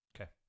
Okay